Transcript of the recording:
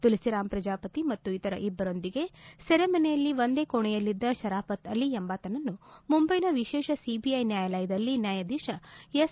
ತುಲಸಿರಾಮ್ ಪ್ರಜಾಪತಿ ಮತ್ತು ಇತರ ಇಬ್ಬರೊಂದಿಗೆ ಸೆರೆಮನೆಯಲ್ಲಿ ಒಂದೇ ಕೋಣೆಯಲ್ಲಿದ್ದ ಶರಾಫತ್ಅಲಿ ಎಂಬಾತನನ್ನು ಮುಂಬೈನ ವಿಶೇಷ ಸಿಬಿಐ ನ್ಯಾಯಾಲಯದಲ್ಲಿ ನ್ಯಾಯಾಧೀಶ ಎಸ್